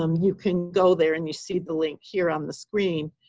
um you can go there, and you see the link here on the screen.